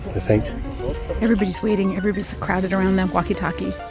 i think everybody's waiting. everybody's crowded around that walkie-talkie